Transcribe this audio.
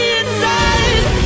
inside